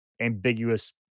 ambiguous